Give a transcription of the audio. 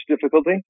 difficulty